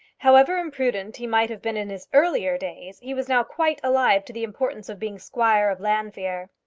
however imprudent he might have been in his earlier days, he was now quite alive to the importance of being squire of llanfeare.